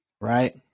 right